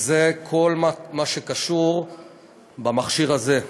זה כל מה שקשור במכשיר הזה.